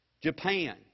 Japan